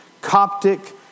Coptic